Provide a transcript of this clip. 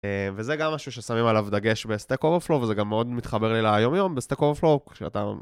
וזה גם משהו ששמים עליו דגש בסטק אוברפלור, וזה גם מאוד מתחבר לי ליום יום בסטק אוברפלור.